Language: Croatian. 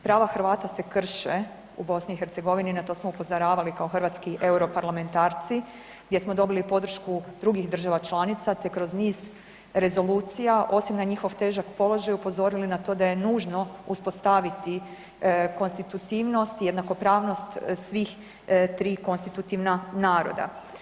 Prava Hrvata se krše u BiH i na to smo upozoravali kao hrvatski europarlamentarci gdje smo dobili podršku drugih država članica te kroz niz rezolucija osim na njihov težak položaj upozorili na to da je nužno uspostaviti konstitutivnost i jednakopravnost tri konstitutivna naroda.